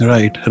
Right